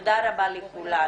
תודה רבה לכולן.